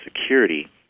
security